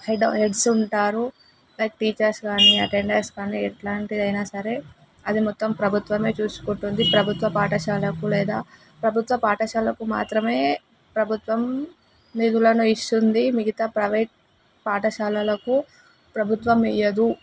head heads ఉంటారు like teachers కానీ attenders కానీ ఎట్లాంటిది అయినా సరే అది మొత్తం ప్రభుత్వమే చూసుకుంటుంది ప్రభుత్వ పాఠశాలకు లేదా ప్రభుత్వ పాఠశాలకు మాత్రమే ప్రభుత్వం నిధులను ఇస్తుంది మిగతా ప్రైవేట్ పాఠశాలలకు ప్రభుత్వం ఇవ్వదు